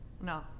no